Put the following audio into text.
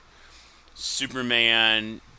Superman